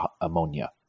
ammonia